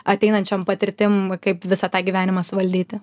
ateinančiom patirtim kaip visą tą gyvenimą valdyti